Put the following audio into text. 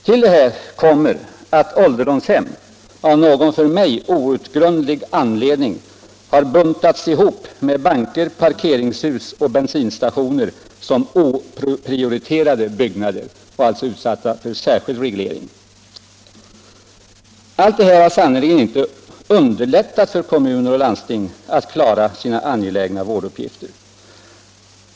Till detta kommer att ålderdomshem av någon för mig outgrundlig anledning har buntats ihop med banker, parkeringshus och bensinstationer såsom oprioriterade byggnader. De är alltså utsatta för särskild reglering. Allt detta har sannerligen inte underlättat för kommuner och landsting att klara sina angelägna vårduppgifter.